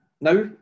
now